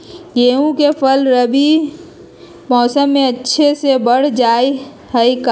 गेंहू के फ़सल रबी मौसम में अच्छे से बढ़ हई का?